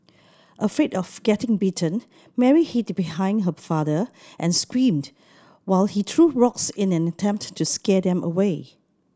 afraid of getting bitten Mary hid behind her father and screamed while he threw rocks in an attempt to scare them away